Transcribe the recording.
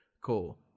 cool